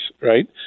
right